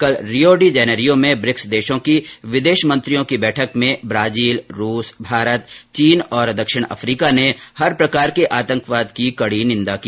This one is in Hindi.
कल रियो डीजेनेरिया में ब्रिक्स देशों की विदेश मंत्रियों की बैठक में ब्राजिल रूस भारत चीन और दक्षिण अफीका ने हर प्रकार के आतंकवाद की कडी निंदा की